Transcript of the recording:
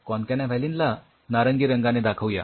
कॉनकॅनाव्हॅलीनला नारंगी रंगाने दाखवू या